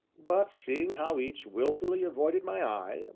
but, seeing how each, wilfully avoiding my eye,